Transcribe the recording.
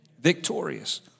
victorious